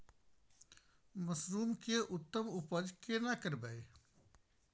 Mushroom के उत्तम उपज केना करबै?